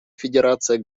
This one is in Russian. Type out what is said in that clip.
федерация